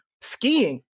Skiing